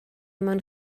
mewn